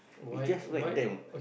we just whack them